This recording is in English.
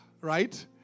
right